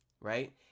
right